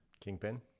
Kingpin